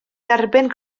derbyn